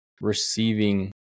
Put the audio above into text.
receiving